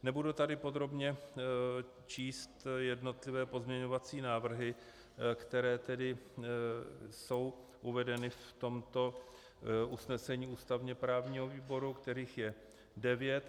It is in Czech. Nebudu tady podrobně číst jednotlivé pozměňovací návrhy, které jsou uvedeny v tomto usnesení ústavněprávního výboru, kterých je devět.